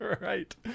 Right